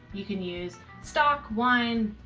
you can use stock, wine,